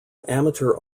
amateur